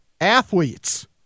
athletes